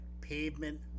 pavement